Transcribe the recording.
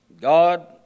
God